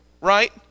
Right